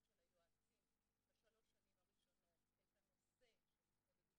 של היועצים בשלוש השנים הראשונות את הנושא של התמודדות